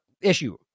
issue